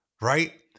right